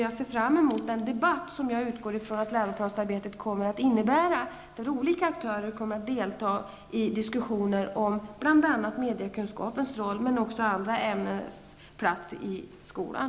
Jag ser fram emot den debatt som jag utgår ifrån att läroplansarbetet kommer att innebära där olika aktörer deltar i diskussioner om bl.a. mediekunskapens roll men även andra ämnens funktion i skolan.